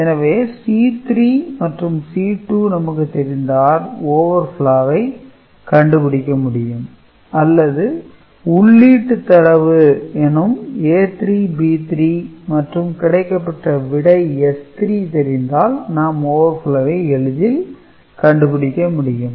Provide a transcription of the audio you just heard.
எனவே C3 மற்றும் C2 நமக்கு தெரிந்தால் overflow வை கண்டுபிடிக்க முடியும் அல்லது உள்ளீட்டு தரவு எனும் A3 B3 மற்றும் கிடைக்கப் பெற்ற விடை S3 தெரிந்தால் நாம் overflow வை எளிதில் கண்டுபிடிக்க முடியும்